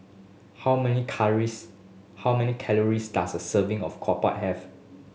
how many how many calories does a serving of have